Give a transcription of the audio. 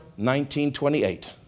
1928